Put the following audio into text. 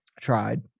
tried